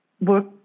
work